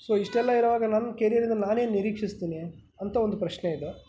so ಇಷ್ಟೆಲ್ಲ ಇರುವಾಗ ನನ್ನ ಕೆರಿಯರಿಂದ ನಾನೇನು ನಿರೀಕ್ಷಿಸ್ತೀನಿ ಅಂತ ಒಂದು ಪ್ರಶ್ನೆ ಇದೆ